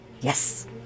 Yes